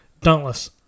Dauntless